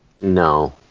No